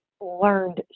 learned